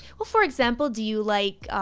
well, for example, do you like.